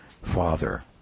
father